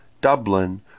Dublin